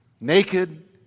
Naked